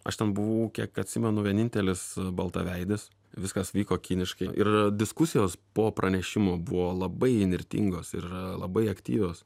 aš ten buvo kiek atsimenu vienintelis baltaveidis viskas vyko kiniškai ir diskusijos po pranešimų buvo labai įnirtingos ir labai aktyvios